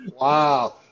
Wow